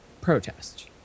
protest